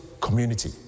community